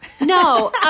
No